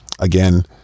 Again